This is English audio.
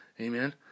Amen